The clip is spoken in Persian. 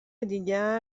دیگر